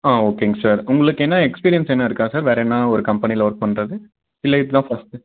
ஆ ஓகேங்க சார் உங்களுக்கு என்ன எக்ஸ்பீரியன்ஸ் எதுனா இருக்கா சார் வேறு எதுனா ஒரு கம்பெனியில் ஒர்க் பண்ணுறது இல்லை இது தான் ஃபர்ஸ்ட்டு